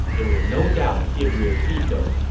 they will no doubt give you a fiefdom.